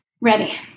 Ready